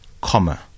comma